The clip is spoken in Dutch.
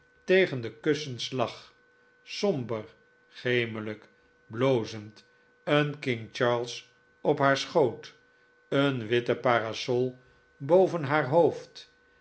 tegen de kussens lag somber gemelijk blozend een king charles op haar schoot een witte parasol boven haar hoofd